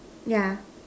yeah